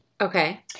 Okay